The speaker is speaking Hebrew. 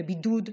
בבידוד,